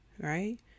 right